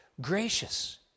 gracious